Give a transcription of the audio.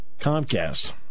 Comcast